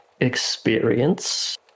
experience